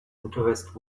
interest